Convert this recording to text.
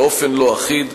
באופן לא אחיד,